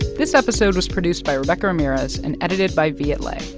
this episode was produced by rebecca ramirez and edited by viet le.